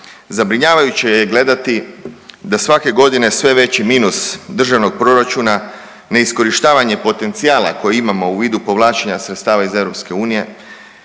Zabrinjavajuće je gledati da svake godine sve veći minus državnog proračuna ne iskorištavanje potencijala koji imamo u vidu povlačenja sredstava iz EU,